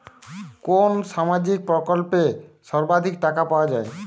কোন সামাজিক প্রকল্পে সর্বাধিক টাকা পাওয়া য়ায়?